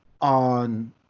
on